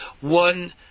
one